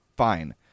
fine